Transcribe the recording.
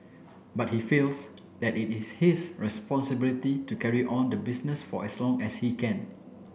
but he feels that it is his responsibility to carry on the business for as long as he can